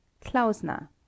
Klausner